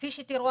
כפי שתראו,